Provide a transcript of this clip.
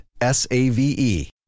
S-A-V-E